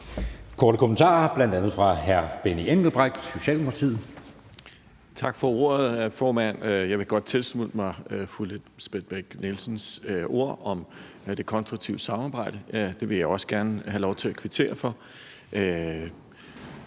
Socialdemokratiet. Kl. 10:34 Benny Engelbrecht (S): Tak for ordet, formand. Jeg vil godt tilslutte mig fru Lisbeth Bech-Nielsens ord om det konstruktive samarbejde. Det vil jeg også gerne have lov til at kvittere for.